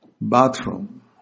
bathroom